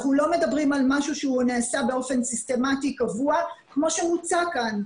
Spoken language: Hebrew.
אנחנו לא מדברים על משהו שנעשה באופן סיסטמתי קבוע כמו שמוצג כאן.